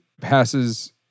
passes